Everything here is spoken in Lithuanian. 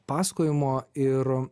pasakojimo ir